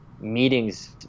meetings